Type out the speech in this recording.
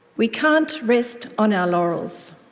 we can't rest on our laurels.